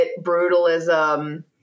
brutalism